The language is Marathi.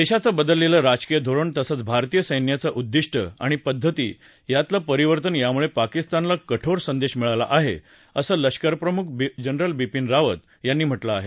देशाचं बदललेलं राजकीय धोरण तसंच भारतीय सैन्याचं उद्दिष्ट आणि पद्धती यातलं परिवर्तन यामुळे पाकिस्तानला कठोर संदेश मिळाला आहे असं लष्करप्रमुख जनरल बिपिन रावत यांनी म्हटलं आहे